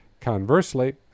Conversely